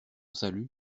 salut